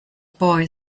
boy